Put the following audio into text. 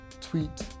tweet